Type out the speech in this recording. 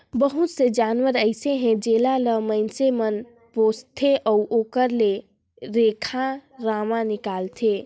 बहुत से जानवर अइसे हे जेला ल माइनसे मन पोसथे अउ ओखर ले रेखा रुवा निकालथे